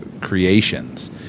creations